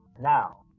Now